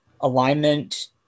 alignment